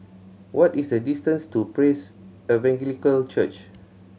what is the distance to Praise Evangelical Church